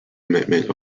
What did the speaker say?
commitment